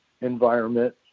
environment